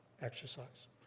exercise